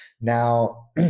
Now